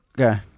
Okay